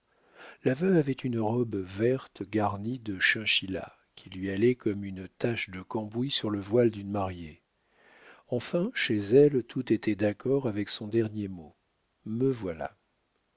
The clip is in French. la veuve avait une robe verte garnie de chinchilla qui lui allait comme une tache de cambouis sur le voile d'une mariée enfin chez elle tout était d'accord avec son dernier mot me voilà